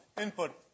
input